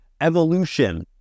Evolution